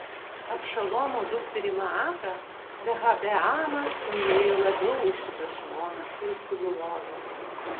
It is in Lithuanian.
abšalomo dukterį maaką rehabeamas mylėjo labiau už kitas žmonas ir suguloves